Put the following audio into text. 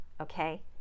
okay